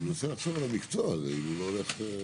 מנסה לחשוב על המקצוע הזה אם הוא לא הולך.